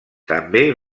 també